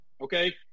Okay